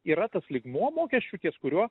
yra tas lygmuo mokesčių ties kuriuo